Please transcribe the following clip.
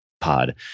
pod